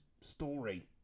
story